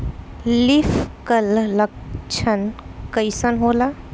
Leaf curl लक्षण कइसन होला?